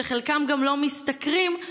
כשחלקם גם לא משתכרים,